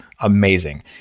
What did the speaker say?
amazing